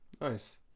Nice